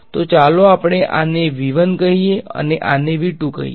તો ચાલો આપણે આને કહીયે અને આને કહીએ